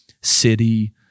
city